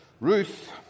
Ruth